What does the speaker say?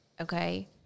okay